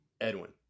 Edwin